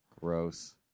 Gross